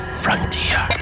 frontier